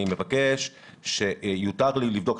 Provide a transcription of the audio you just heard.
אני מבקש שיותר לי לבדוק.